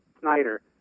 Snyder